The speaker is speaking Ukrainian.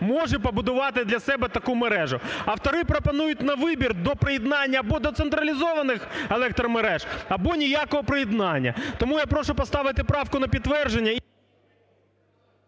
може побудувати для себе таку мережу. Автори пропонують на вибір до приєднання або до централізованих електромереж, або ніякого приєднання. Тому я прошу поставити правку на підтвердження.